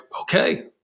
okay